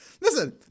listen